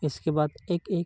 ᱤᱥᱠᱮᱵᱟᱫᱽ ᱮᱠ ᱮᱠ